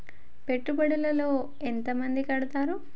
పెట్టుబడుల లో ఎంత మంది కడుతరు?